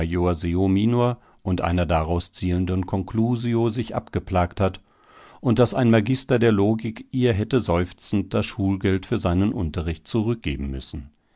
und einer daraus zielenden conclusio sich abgeplagt hat und daß ein magister der logik ihr hätte seufzend das schulgeld für seinen unterricht zurückgeben müssen